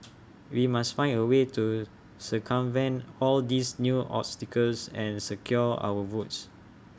we must find A way to circumvent all these new obstacles and secure our votes